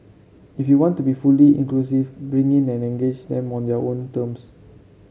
if you want to be fully inclusive bring in and engage them on their own terms